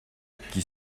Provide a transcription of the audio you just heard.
qui